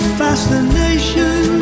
fascination